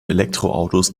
elektroautos